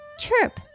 chirp